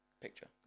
picture